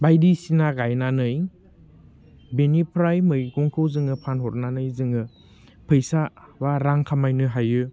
बायदिसिना गायनानै बेनिफ्राय मैगंखौ जोङो फानहरनानै जोङो फैसा बा रां खामायनो हायो